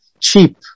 cheap